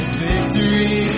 victory